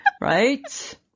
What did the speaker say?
Right